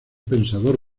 pensador